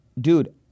Dude